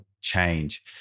change